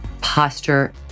posture